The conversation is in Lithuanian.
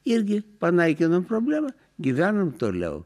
irgi panaikinom problemą gyvenam toliau